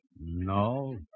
No